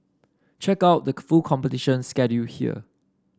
check out the full competition schedule here